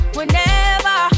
Whenever